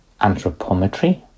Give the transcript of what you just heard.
anthropometry